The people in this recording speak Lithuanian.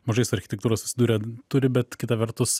mažai su architektūra susidūrę turi bet kita vertus